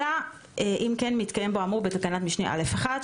אלא אם כן מתקיים בו האמור בתקנת משנה (א)(1),